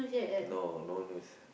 no no news